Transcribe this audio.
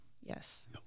Yes